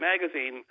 magazine